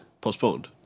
Postponed